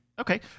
Okay